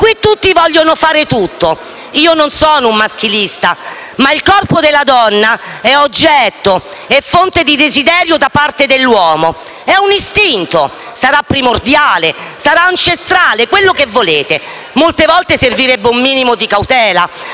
Qui tutti vogliono fare tutto. Io non sono un maschilista, ma il corpo della donna è oggetto e fonte di desiderio da parte dell'uomo. È un istinto, sarà primordiale, ancestrale, quello che volete. Molte volte servirebbe un minimo di cautela.